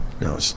No